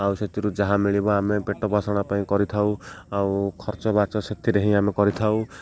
ଆଉ ସେଥିରୁ ଯାହା ମିଳିବ ଆମେ ପେଟ ପୋଷଣ ପାଇଁ କରିଥାଉ ଆଉ ଖର୍ଚ୍ଚବାର୍ଚ୍ଚ ସେଥିରେ ହିଁ ଆମେ କରିଥାଉ